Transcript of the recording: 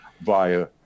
via